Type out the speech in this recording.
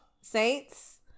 saints